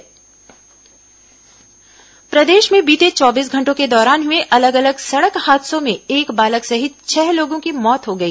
दुर्घटना प्रदेश में बीते चौबीस घंटों के दौरान हुए अलग अलग सड़क हादसों में एक बालक सहित छह लोगों की मौत हो गई